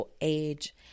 age